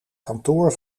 kantoor